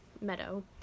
meadow